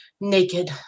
Naked